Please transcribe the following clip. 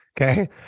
Okay